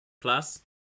plus